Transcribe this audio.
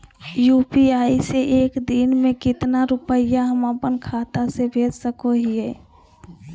UPI से एक दिन में कितना रुपैया हम अपन खाता से भेज सको हियय?